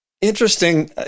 interesting